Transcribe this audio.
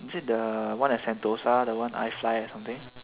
is it the one at Sentosa the one I fly or something